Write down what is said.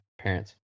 parents